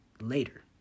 later